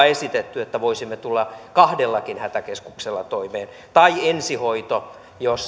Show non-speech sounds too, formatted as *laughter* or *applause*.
*unintelligible* esitetty että voisimme tulla kahdellakin hätäkeskuksella toimeen tai ensihoidossa